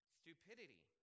stupidity